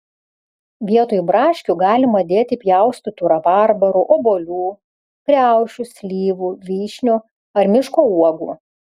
vietoj braškių galima dėti pjaustytų rabarbarų obuolių kriaušių slyvų vyšnių ar miško uogų